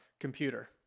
Computer